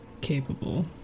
capable